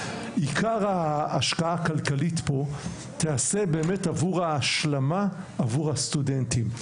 עיקר ההשקעה הכלכלית פה תעשה באמת עבור ההשלמה עבור הסטודנטים.